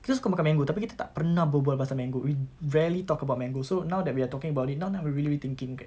kita suka makan mango tapi kita tak pernah berbual pasal mango we rarely talk about mango so now that we are talking about it now now we're really really thinking